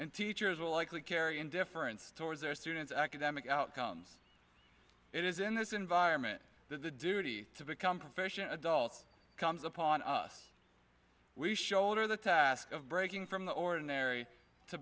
and teachers will likely carry indifference towards their students academic outcomes it is in this environment that the duty to become professional adults comes upon us we shoulder the task of breaking from the ordinary to